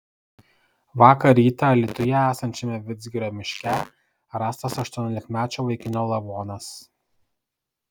vakar rytą alytuje esančiame vidzgirio miške rastas aštuoniolikmečio vaikino lavonas